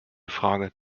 frage